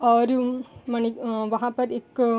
और मणि वहाँ पर एक